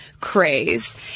craze